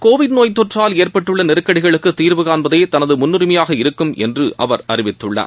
Covid நோய்த்தொற்றால் ஏற்பட்டுள்ள நெருக்கடிகளுக்கு தீர்வு காண்பதே தமது முன்னுரிமையாக இருக்கும் என்று அவர் அறிவித்துள்ளார்